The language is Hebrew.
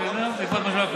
כבוד היושב-ראש,